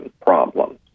problems